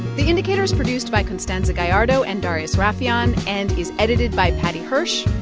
the indicator is produced by constanza gallardo and darius rafieyan and is edited by paddy hirsch.